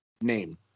name